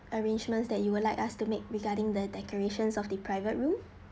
arrangements that you would like us to make regarding the decorations of the private room